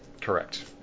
Correct